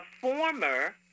former